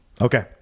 Okay